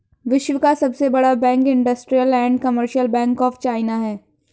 विश्व का सबसे बड़ा bank industrial and commercial bank of China है